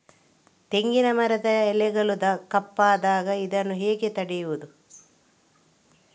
ತೆಂಗಿನ ಮರದಲ್ಲಿ ಎಲೆಗಳು ಕಪ್ಪಾದಾಗ ಇದನ್ನು ಹೇಗೆ ತಡೆಯುವುದು?